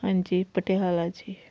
ਹਾਂਜੀ ਪਟਿਆਲਾ ਜੀ